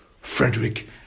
Frederick